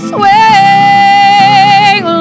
Swing